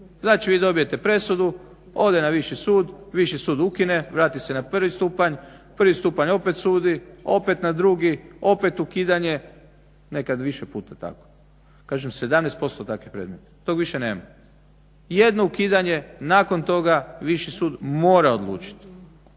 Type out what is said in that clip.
Znači vi dobijete presudu, ode na viši sud, viši sud ukine, vrati se na prvi stupanj, prvi stupanj opet sudi, opet na drugi, opet ukidanje. Nekad više puta tako. Kažem 17% takvih predmeta. Tog više nema. Jedno ukidanje nakon toga, viši sud mora odlučit.